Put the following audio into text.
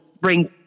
bring